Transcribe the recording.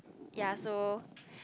ya so